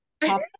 top